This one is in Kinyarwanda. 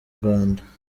rwanda